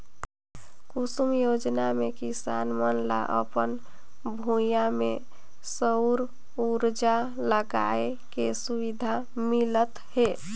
कुसुम योजना मे किसान मन ल अपन भूइयां में सउर उरजा लगाए के सुबिधा मिलत हे